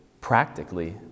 practically